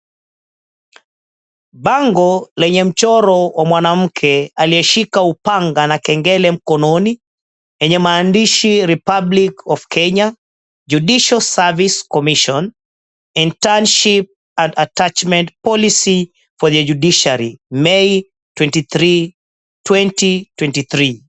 Bango la mwanamke aliyeshika upanga na kengele mkononi yenye maandishi Republic of kenya, Judicial Service Commission, internship and attachment policy for the Judiciary , May 23 2023 .